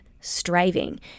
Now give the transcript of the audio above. striving